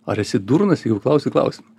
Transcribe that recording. ar esi durnas jeigu klausi klausimą